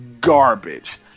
garbage